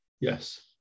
Yes